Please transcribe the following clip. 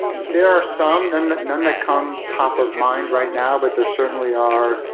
there are some, and none that come top of mind right now, but there certainly are,